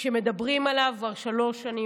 שמדברים עליו כבר שלוש שנים.